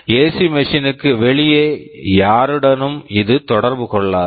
AC machine AC Machine க்கு வெளியே யாருடனும் இது தொடர்பு கொள்ளாது